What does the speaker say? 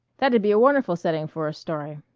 that'd be a wonderful setting for a story